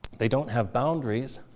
they don't have boundaries.